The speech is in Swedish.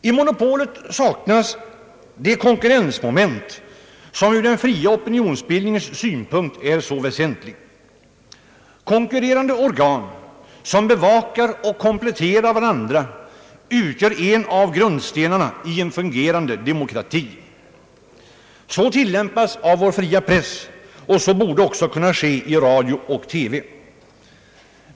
I monopolet saknas det konkurrensmoment som ur den fria opinionsbildningens synpunkt är så väsentligt. Konkurrerande organ som bevakar och kompletterar varandra utgör en av grundstenarna i en fungerande demokrati. Så sker inom vår fria press och så borde också kunna ske i radio och TV.